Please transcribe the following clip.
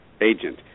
agent